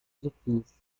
edifício